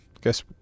Guess